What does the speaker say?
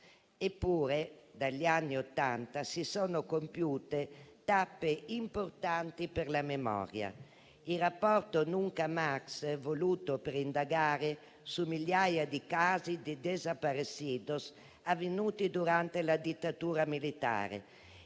Eppure dagli anni Ottanta si sono compiute tappe importanti per la memoria: il rapporto *Nunca Màs*, voluto per indagare su migliaia di casi di *desaparecidos* avvenuti durante la dittatura militare;